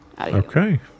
Okay